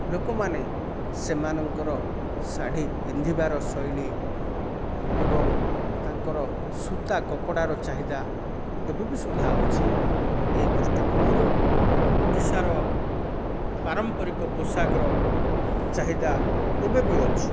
ଲୋକମାନେ ସେମାନଙ୍କର ଶାଢ଼ୀ ପିନ୍ଧିବାର ଶୈଳୀ ଏବଂ ତାଙ୍କର ସୂତା କପଡ଼ାର ଚାହିଦା ଏବେ ବି ସୁଧା ଅଛି ଏ ଦୃଷ୍ଟି କୋଣରୁ ଓଡ଼ିଶାର ପାରମ୍ପରିକ ପୋଷାକର ଚାହିଦା ଏବେ ବି ଅଛି